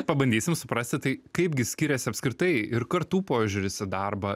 pabandysim suprasti tai kaip gi skiriasi apskritai ir kartų požiūris į darbą